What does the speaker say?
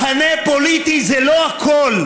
מחנה פוליטי זה לא הכול.